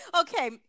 Okay